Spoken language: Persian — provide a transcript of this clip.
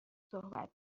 صحبت